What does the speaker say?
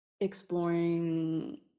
exploring